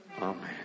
Amen